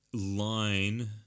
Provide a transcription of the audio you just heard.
line